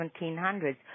1700s